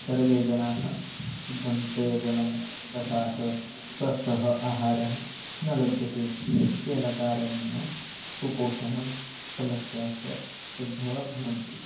सर्वे जनाः शुद्धं पेयजलं तथा च स्वस्थम् आहारं न लभ्यते तेन कारणेन कुपोषणसमस्यायाः उद्भवः भवति